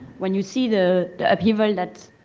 when you see the the upheaval that